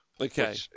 Okay